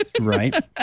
right